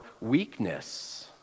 weakness